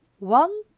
one,